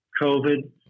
COVID